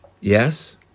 yes